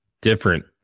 different